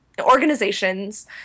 organizations